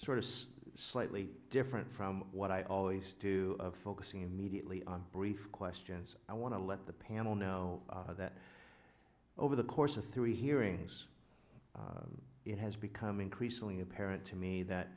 sort of slightly different from what i always do focusing immediately on brief questions i want to let the panel know that over the course of three hearings it has become increasingly apparent to me that